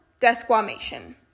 desquamation